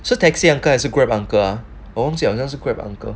so taxi uncle 还是 Grab uncle ah 我忘记 liao 好像是 Grab uncle